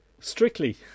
Strictly